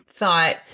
Thought